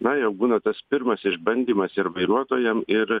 na jau būna tas pirmas išbandymas ir vairuotojam ir